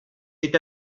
est